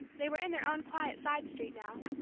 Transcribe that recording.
they were in their own quiet side street now,